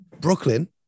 Brooklyn